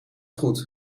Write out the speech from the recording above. goed